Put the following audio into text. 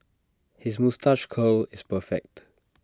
his moustache curl is perfect